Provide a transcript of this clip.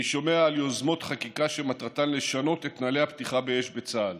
אני שומע על יוזמות חקיקה שמטרתן לשנות את נוהלי הפתיחה באש בצה"ל